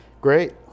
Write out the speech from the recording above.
Great